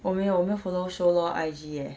我没有我没有 follow show luo I_G eh